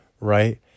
right